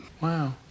Wow